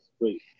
great